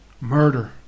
murder